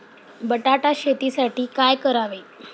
बटाटा शेतीसाठी काय करावे?